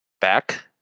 back